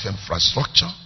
infrastructure